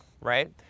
right